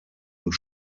und